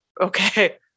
okay